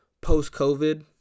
Post-COVID